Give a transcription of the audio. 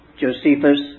Josephus